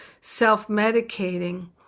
self-medicating